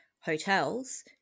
hotels